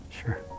Sure